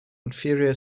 inferior